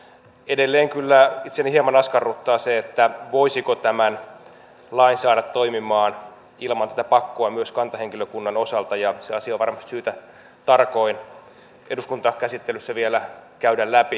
edelleen kyllä itseäni hieman askarruttaa se voisiko tämän lain saada toimimaan ilman tätä pakkoa myös kantahenkilökunnan osalta ja se asia on varmasti syytä tarkoin eduskuntakäsittelyssä vielä käydä läpi